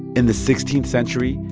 in the sixteenth century,